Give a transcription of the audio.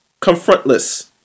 confrontless